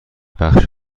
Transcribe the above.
بخش